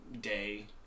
day